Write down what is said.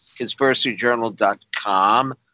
conspiracyjournal.com